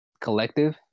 collective